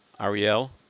Ariel